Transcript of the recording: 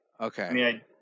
Okay